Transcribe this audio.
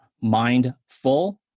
Mindful